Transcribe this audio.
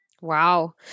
Wow